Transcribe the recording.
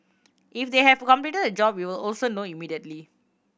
if they have completed the job we will also know immediately